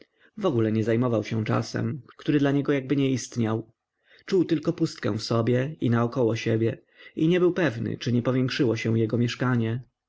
zawolno wogóle nie zajmował się czasem który dla niego jakby nie istniał czuł tylko pustkę w sobie i naokoło siebie i nie był pewny czy nie powiększyło się jego mieszkanie